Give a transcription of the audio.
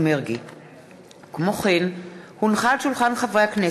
מיכל בירן,